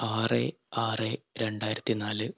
ആറ് ആറ് രണ്ടായിരത്തി നാല്